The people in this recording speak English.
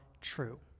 true